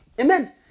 Amen